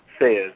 says